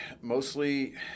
mostly